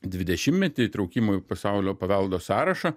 dvidešimtmetį įtraukimo į pasaulio paveldo sąrašą